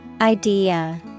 Idea